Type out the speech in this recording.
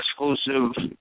exclusive